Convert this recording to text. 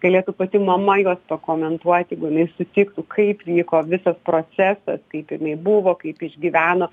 galėtų pati mama juos pakomentuoti jeigu jinai sutiktų kaip vyko visas procesas kaip jinai buvo kaip išgyveno